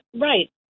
right